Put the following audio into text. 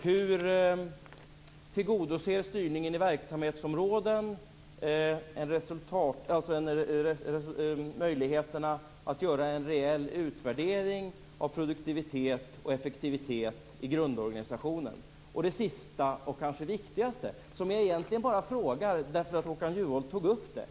Hur tillgodoser styrning i verksamhetsområden möjligheterna att göra en rejäl utvärdering av produktivitet och effektivitet i grundorganisationen? Den sista och kanske viktigaste frågan ställer jag egentligen bara därför att Håkan Juholt tog upp ämnet.